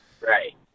right